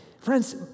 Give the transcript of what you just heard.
Friends